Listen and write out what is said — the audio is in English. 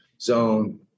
zone